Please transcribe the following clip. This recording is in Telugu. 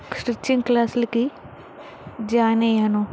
స్టిచ్చింగ్ క్లాసులకి జాయిన్ అయ్యాను